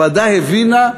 הוועדה הבינה,